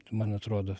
man atrodo